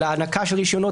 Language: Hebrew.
אלא הענקה של רישיונות,